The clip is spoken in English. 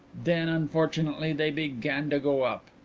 then, unfortunately, they began to go up.